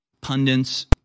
pundits